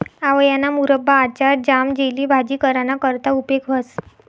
आवयाना मुरब्बा, आचार, ज्याम, जेली, भाजी कराना करता उपेग व्हस